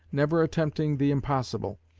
never attempting the impossible,